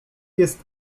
jest